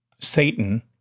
Satan